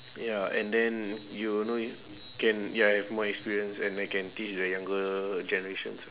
ya and then you know y~ can ya have more experience and I can teach the younger generations